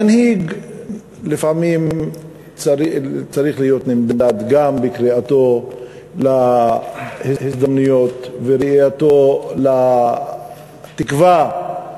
מנהיג לפעמים צריך להימדד גם בקריאתו להזדמנויות וראייתו לתקווה,